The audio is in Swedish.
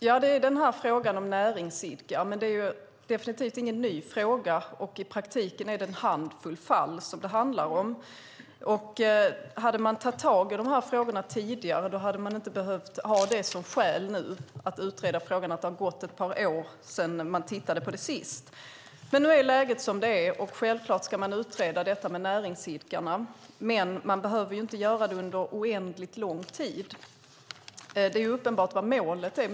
Fru talman! Den här frågan om näringsidkare är definitivt ingen ny fråga. I praktiken handlar det om en handfull fall. Hade man tagit tag i de här frågorna tidigare hade man inte behövt ha som skäl nu för att utreda frågan att det har gått ett par år sedan man tittade på den senast. Nu är läget som det är, och självfallet ska man utreda detta med näringsidkarna, men man behöver inte göra det under oändligt lång tid. Det är uppenbart vad målet är.